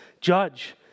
judge